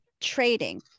trading